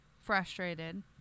frustrated